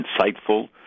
insightful